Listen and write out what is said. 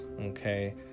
okay